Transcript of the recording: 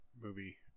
movie